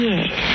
Yes